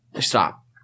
stop